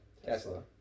Tesla